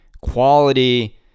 quality